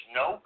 no